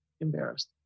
embarrassed